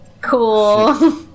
cool